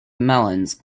melons